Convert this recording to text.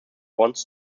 once